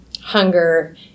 hunger